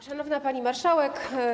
Szanowna Pani Marszałek!